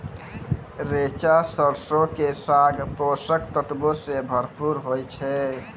रैचा सरसो के साग पोषक तत्वो से भरपूर होय छै